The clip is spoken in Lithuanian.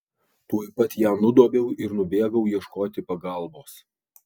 tuoj pat ją nudobiau ir nubėgau ieškoti pagalbos